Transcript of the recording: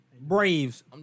Braves